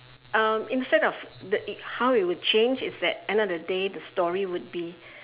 um instead of that it how it would change it's that end of the day the story would be